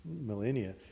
millennia